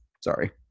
sorry